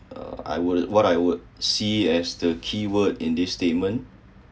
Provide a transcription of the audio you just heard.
uh I would what I would see as the key word in this statement